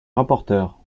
rapporteur